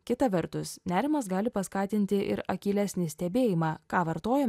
kita vertus nerimas gali paskatinti ir akylesnį stebėjimą ką vartojame